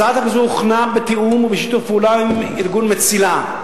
הצעת החוק הזאת הוכנה בתיאום ובשיתוף פעולה עם ארגון "מצילה",